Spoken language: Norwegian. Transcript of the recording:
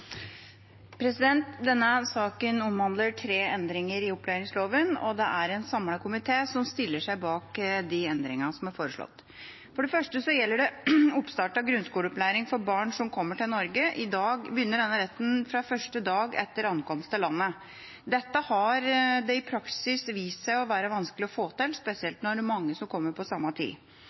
avsluttet. Denne saken omhandler tre endringer i opplæringslova, og det er en samlet komité som stiller seg bak endringene som er foreslått. Den første gjelder oppstart av grunnskoleopplæring for barn som kommer til Norge. I dag begynner denne retten fra første dag etter ankomst til landet. Dette har det i praksis vist seg å være vanskelig å få til, spesielt når det er mange som kommer på samme tid.